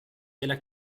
della